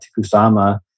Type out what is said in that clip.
Kusama